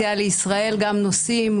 לישראל גם נוסעים,